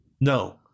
no